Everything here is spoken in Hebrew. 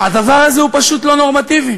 הדבר הזה הוא פשוט לא נורמטיבי.